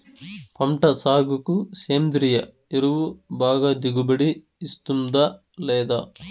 పంట సాగుకు సేంద్రియ ఎరువు బాగా దిగుబడి ఇస్తుందా లేదా